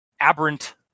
aberrant